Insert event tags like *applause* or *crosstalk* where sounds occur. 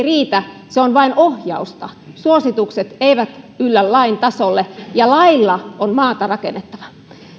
*unintelligible* riitä se on vain ohjausta suositukset eivät yllä lain tasolle ja lailla on maata rakennettava